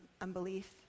unbelief